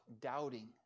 doubting